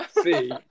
See